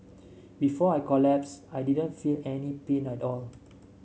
before I collapsed I didn't feel any pain at all